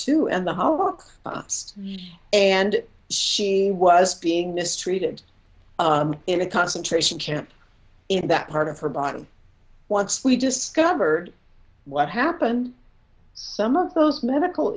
two and the home book and she was being mistreated in a concentration camp in that part of her bottom once we discovered what happened some of those medical